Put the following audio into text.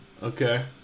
Okay